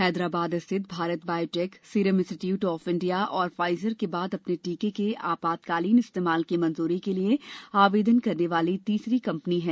हैदराबाद स्थित Bharat Biotech Serum Institute of India और Pfizer के बाद अपने टीके के आपातकालीन इस्तेमाल की मंजूरी के लिए आवेदन करने वाला तीसरी कम्पनी है